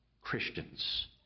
Christians